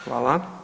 Hvala.